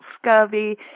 scurvy